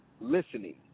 listening